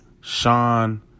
Sean